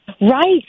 Right